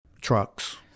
Trucks